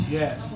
yes